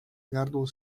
gardło